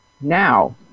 Now